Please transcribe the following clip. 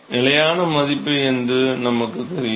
எனவே நிலையான மதிப்பு என்று நமக்குத் தெரியும்